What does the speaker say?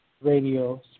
Radio